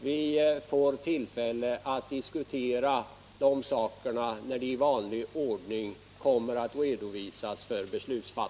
Vi får tillfälle att diskutera de sakerna när de i vanlig ordning kommer att redovisas för beslut.